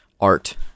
art